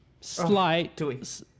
slight